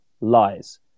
lies